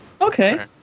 Okay